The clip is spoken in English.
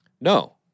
No